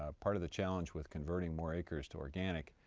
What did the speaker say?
ah part of the challenge with converting more acres to organic,